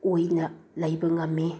ꯑꯣꯏꯅ ꯂꯩꯕ ꯉꯝꯏ